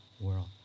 world